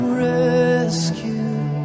rescue